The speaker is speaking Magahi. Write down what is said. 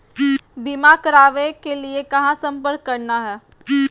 बीमा करावे के लिए कहा संपर्क करना है?